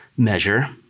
Measure